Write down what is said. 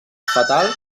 fatal